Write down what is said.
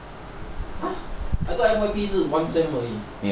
!huh! I thought F_Y_P 是 one sem 而已